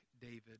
David